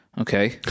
okay